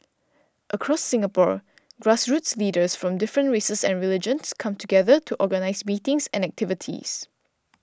across Singapore grassroots leaders from different races and religions come together to organise meetings and activities